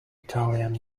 italian